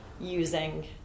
using